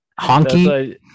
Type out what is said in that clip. honky